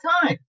time